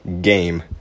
game